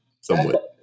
somewhat